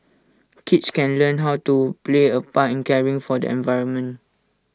kids can learn how to play A part in caring for the environment